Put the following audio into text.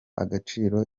agaciro